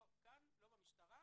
לא כאן ולא במשטרה.